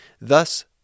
thus